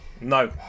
No